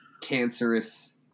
cancerous